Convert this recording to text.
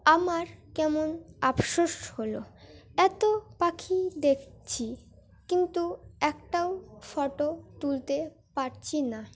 আমার কেমন আফসোস হলো এত পাখি দেখছি কিন্তু একটাও ফটো তুলতে পারছি না